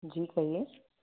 जी कहिए